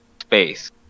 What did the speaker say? space